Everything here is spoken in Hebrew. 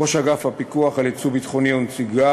ראש אגף הפיקוח על יצוא ביטחוני ונציגיו,